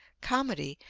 comedy,